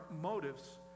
motives